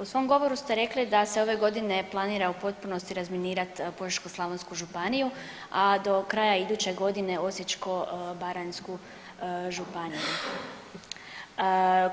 U svom govoru ste rekli da se ove godine planira u potpunosti razminirat Požeško-slavonsku županiju, a do kraja iduće godine Osječko-baranjsku županiju,